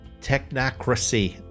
Technocracy